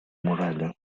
muralla